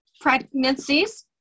pregnancies